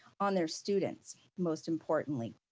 on their students most importantly.